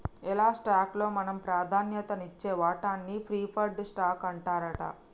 ఎలా స్టాక్ లో మనం ప్రాధాన్యత నిచ్చే వాటాన్ని ప్రిఫర్డ్ స్టాక్ అంటారట